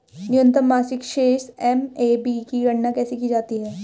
न्यूनतम मासिक शेष एम.ए.बी की गणना कैसे की जाती है?